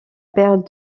perte